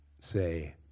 say